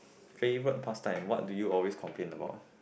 favorite pastime what do you always complain about